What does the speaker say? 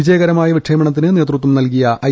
വിജയകരമായ വിക്ഷേപണത്തിന് നേതൃത്വം നൽകിയ ഐ